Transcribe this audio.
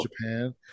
japan